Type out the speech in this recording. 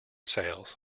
sales